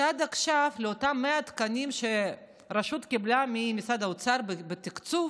שעד עכשיו אותם 100 תקנים שהרשות קיבלה ממשרד האוצר בתקצוב,